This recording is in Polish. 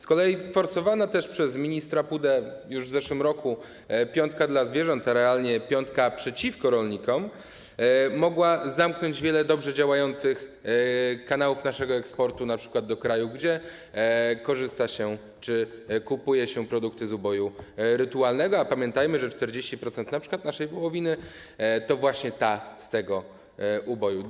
Z kolei forsowana też przez ministra Pudę już w zeszłym roku „Piątka dla zwierząt”, realnie piątka przeciwko rolnikom, mogła zamknąć wiele dobrze działających kanałów naszego eksportu np. do krajów, gdzie korzysta się czy kupuje się produkty z uboju rytualnego, a pamiętajmy, że 40% np. naszej wołowiny to właśnie ta z tego uboju.